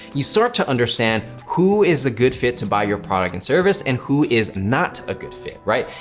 you start to understand who is a good fit to buy your product and service and who is not a good fit, right?